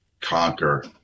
conquer